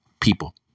people